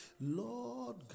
Lord